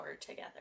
together